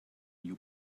new